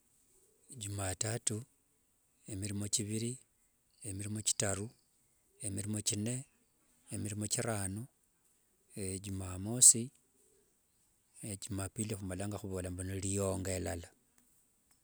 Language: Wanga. Jumatatu, emirimo thiviri emirimo thitaru, emirimo thinne, emirimo thirano jumamosi, jumapili khumalanga khuvola n liyonga lala.